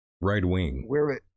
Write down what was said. right-wing